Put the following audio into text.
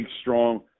strong